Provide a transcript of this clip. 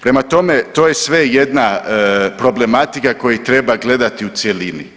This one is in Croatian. Prema tome, to je sve jedna problematika koju treba gledati u cjelini.